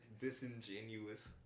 disingenuous